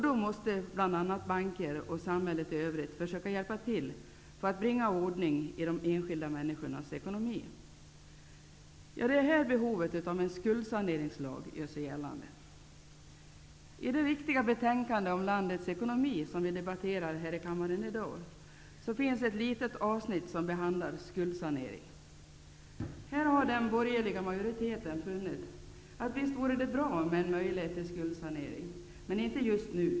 Då måste bl.a. banker och samhället i övrigt försöka hjälpa till för att bringa ordning i de enskilda människornas ekonomi. Det är här behovet av en skuldsaneringslag gör sig gällande. I det viktiga betänkande om landets ekonomi som vi i dag debatterar här i kammaren finns ett litet avsnitt som behandlar skuldsanering. Här har den borgerliga majoriteten funnit att det visst vore bra med en möjlighet till skuldsanering, men inte just nu.